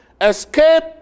Escape